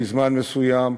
לזמן מסוים,